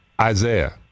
Isaiah